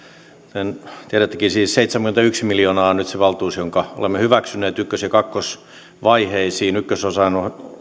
tiedättekin että seitsemänkymmentäyksi miljoonaa on nyt se valtuus jonka olemme hyväksyneet ykkös ja kakkosvaiheisiin ykkösosan